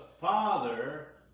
father